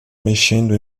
mexendo